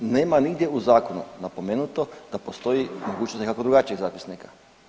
Nema nigdje u zakonu napomenuto da postoji mogućnost nekakvog drugačijeg zapisnika.